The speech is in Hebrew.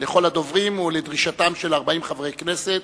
לכל הדוברים ועל דרישתם של 40 חברי כנסת